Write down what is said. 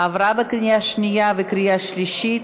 עברה בקריאה שנייה וקריאה שלישית,